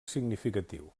significatiu